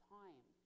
time